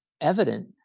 evident